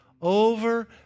over